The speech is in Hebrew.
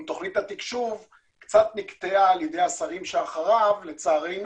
תכנית התקשוב קצת נקטעה עם השרים אחריו לצערנו.